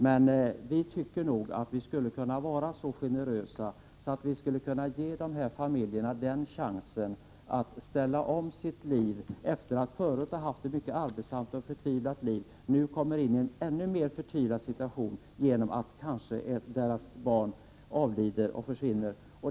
Men vi borde kunna vara så generösa att vi gav dessa familjer chansen att ställa om sitt liv — familjer som förut har haft ett mycket arbetsamt och förtvivlat liv och nu kommer in i en ännu mer förtvivlad situation genom att deras barn avlider.